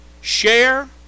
share